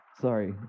Sorry